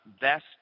best –